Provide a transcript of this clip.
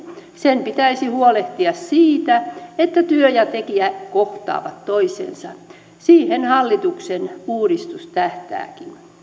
sen pitäisi huolehtia siitä että työ ja tekijä kohtaavat toisensa siihen hallituksen uudistus tähtääkin